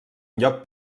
lloc